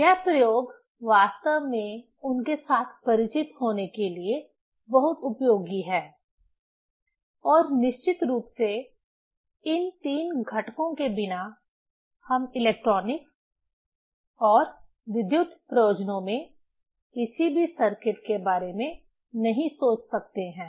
यह प्रयोग वास्तव में उनके साथ परिचित होने के लिए बहुत उपयोगी है और निश्चित रूप से इन तीन घटकों के बिना हम इलेक्ट्रॉनिक्स और विद्युत प्रयोजनों में किसी भी सर्किट के बारे में नहीं सोच सकते हैं